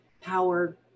power